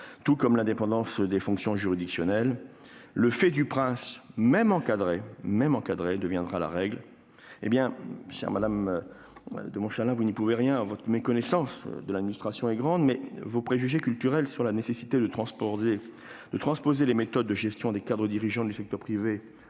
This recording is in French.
même de l'indépendance des fonctions juridictionnelles. Le fait du prince, même encadré, deviendra la règle. Madame la ministre, vous n'y pouvez rien, mais votre méconnaissance de l'administration est grande. Vos préjugés culturels sur la nécessité de transposer les méthodes de gestion des cadres dirigeants du secteur privé